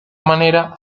manera